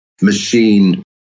machine